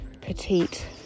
petite